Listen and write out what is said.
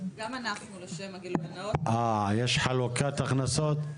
אומרים פה שיש חלוקת הכנסות.